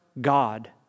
God